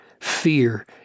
fear